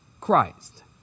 Christ